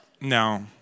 No